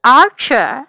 archer